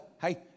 hey